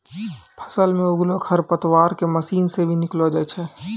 फसल मे उगलो खरपतवार के मशीन से भी निकालो जाय छै